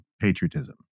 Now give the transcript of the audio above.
patriotism